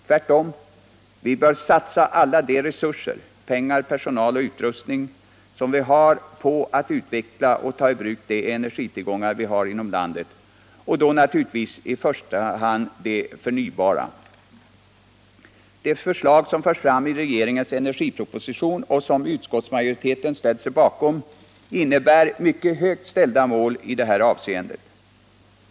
Tvärtom — vi bör satsa alla de resurser i form av pengar, personal och utrustning som vi har på att utveckla och ta i bruk de energitillgångar som vi har inom landet, i första hand naturligtvis de förnybara. De förslag som förs fram i regeringens energiproposition och som utskottsmajoriteten ställt sig bakom innebär mycket högt ställda mål i det här avseendet.